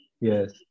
Yes